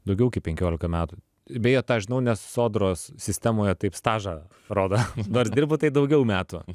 daugiau kaip penkiolika metų beje tą žinau nes sodros sistemoje taip stažą rodo nors dirbu tai daugiau metų